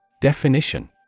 Definition